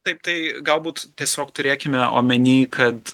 taip tai galbūt tiesiog turėkime omeny kad